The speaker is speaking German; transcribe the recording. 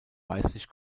weißlich